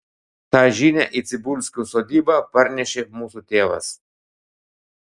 tą žinią į cibulskų sodybą parnešė mūsų tėvas